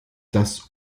das